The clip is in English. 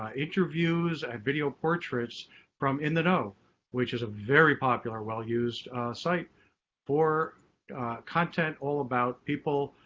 ah interviews and video portraits from in the know which is a very popular well used site for content all about people,